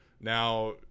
Now